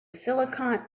silicon